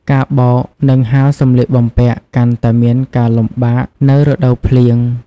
ការបោក និងហាលសម្លៀកបំពាក់ កាន់តែមានការលំបាកនៅរដូវភ្លៀង។